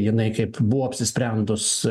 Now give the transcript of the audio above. jinai kaip buvo apsisprendus